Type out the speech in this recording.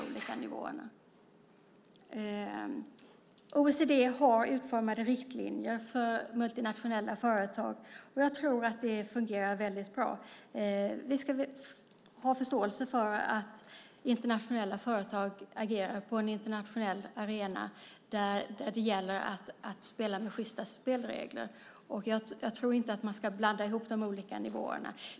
OECD har utformade riktlinjer för multinationella företag. Jag tror att de fungerar bra. Vi ska ha förståelse för att internationella företag agerar på en internationell arena där det gäller att spela med sjysta spelregler. Jag tror inte att man ska blanda ihop de olika nivåerna.